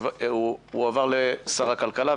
שהוא הועבר לשר הכלכלה.